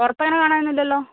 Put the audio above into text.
പുറത്തങ്ങനെ കാണാനൊന്നുമില്ലലോ